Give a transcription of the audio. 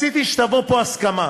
רציתי שתבוא פה הסכמה,